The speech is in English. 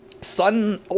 Sun